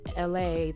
LA